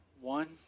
one